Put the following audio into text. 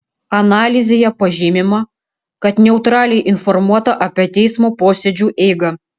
analizėje pažymima kad neutraliai informuota apie teismo posėdžių eigą